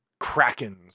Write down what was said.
Krakens